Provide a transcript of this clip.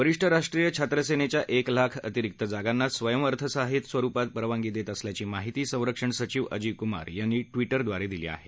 वरीष्ठ राष्ट्रीय छात्रसेनेच्या एक लाख अतिरिक्त जागांना स्वयंअर्थसहाय्यित स्वरुपात परवानगी देत असल्याची माहिती संरक्षण सघिव अजय कुमार यांनी ट्विटद्वारे दिली आहे